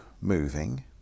moving